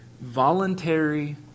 voluntary